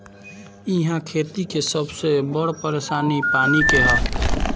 इहा खेती के सबसे बड़ परेशानी पानी के हअ